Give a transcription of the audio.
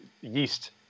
yeast